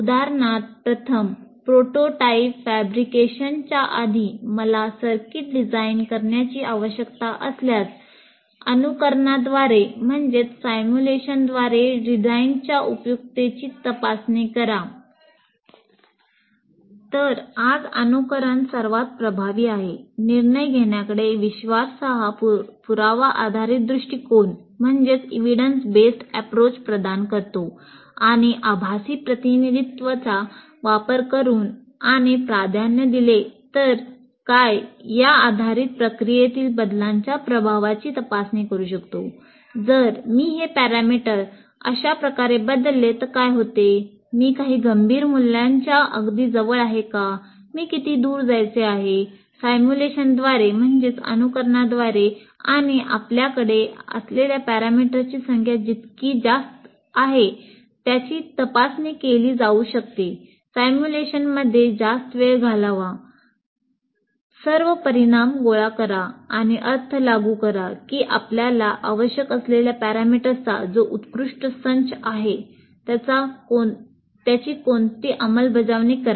उदाहरणार्थ प्रथम प्रोटोटाइप फॅब्रिकेशनच्या आधी मला ससर्किट डिझाइन करण्याची आवश्यकता असल्यास अनुकरणद्वारे डिझाइनच्या उपयुक्ततेची तपासणी करा तर आज अनुकरण सर्वात प्रभावी आहे निर्णय घेण्याकडे विश्वासार्ह पुरावा आधारित दृष्टीकोन चा जो उत्कृष्ट संच आहे त्याची अंमलबजावणी करा